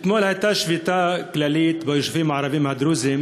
אתמול הייתה שביתה כללית ביישובים הערביים הדרוזיים